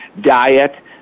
diet